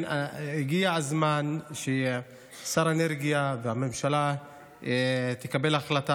הגיע הזמן ששר האנרגיה והממשלה יקבלו החלטה